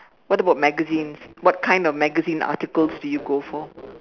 what about magazines what kind of magazine articles do you go for